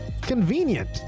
convenient